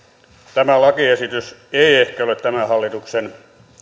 tämä lakiesitys ei ehkä ole tämän hallituksen